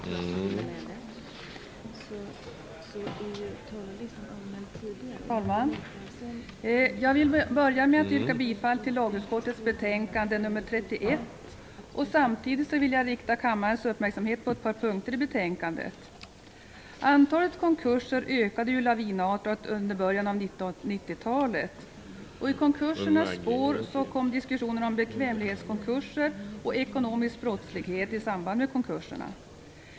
Fru talman! Jag vill börja med att yrka bifall till lagutskottets hemställan i betänkande 31 och samtidigt rikta kammarens uppmärksamhet på ett par punkter i betänkandet. Antalet konkurser ökade lavinartat under början av 1990-talet. I konkursernas spår kom diskussionerna om bekvämlighetskonkurser och ekonomisk brottslighet i samband med konkursen.